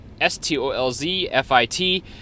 S-T-O-L-Z-F-I-T